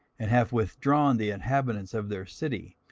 and have withdrawn the inhabitants of their city,